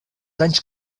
danys